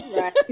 right